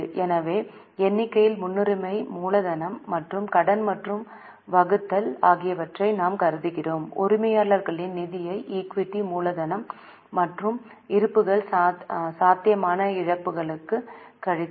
எனவே எண்ணிக்கையில் முன்னுரிமை மூலதனம் மற்றும் கடன் மற்றும் வகுத்தல் ஆகியவற்றை நாம் கருதுகிறோம் உரிமையாளர்களின் நிதியை ஈக்விட்டி மூலதனம் மற்றும் இருப்புக்கள் சாத்தியமான இழப்புகளுக்கு கழித்தல்